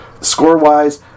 Score-wise